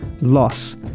loss